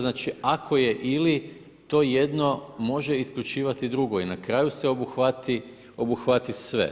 Znači, ako je ili, to jedno može isključivati drugo i na kraju se obuhvati sve.